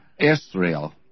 Israel